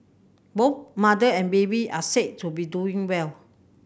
both mother and baby are said to be doing well